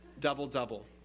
double-double